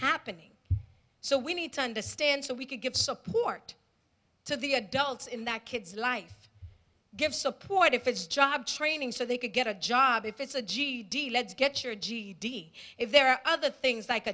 happening so we need to understand so we can give support to the adults in that kid's life give support if it's job training so they can get a job if it's a ged let's get your ged if there are other things like